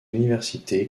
université